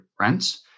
rents